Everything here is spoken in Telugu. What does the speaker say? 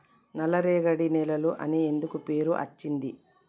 నల్లరేగడి నేలలు అని ఎందుకు పేరు అచ్చింది?